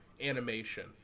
animation